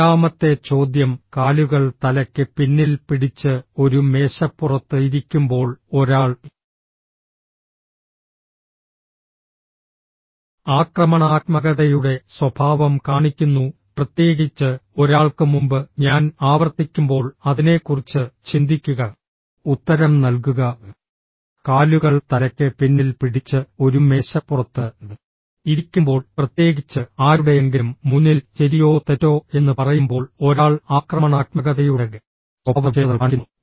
അഞ്ചാമത്തെ ചോദ്യം കാലുകൾ തലയ്ക്ക് പിന്നിൽ പിടിച്ച് ഒരു മേശപ്പുറത്ത് ഇരിക്കുമ്പോൾ ഒരാൾ ആക്രമണാത്മകതയുടെ സ്വഭാവം കാണിക്കുന്നു പ്രത്യേകിച്ച് ഒരാൾക്ക് മുമ്പ് ഞാൻ ആവർത്തിക്കുമ്പോൾ അതിനെക്കുറിച്ച് ചിന്തിക്കുക ഉത്തരം നൽകുക കാലുകൾ തലയ്ക്ക് പിന്നിൽ പിടിച്ച് ഒരു മേശപ്പുറത്ത് ഇരിക്കുമ്പോൾ പ്രത്യേകിച്ച് ആരുടെയെങ്കിലും മുന്നിൽ ശരിയോ തെറ്റോ എന്ന് പറയുമ്പോൾ ഒരാൾ ആക്രമണാത്മകതയുടെ സ്വഭാവസവിശേഷതകൾ കാണിക്കുന്നു